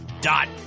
dot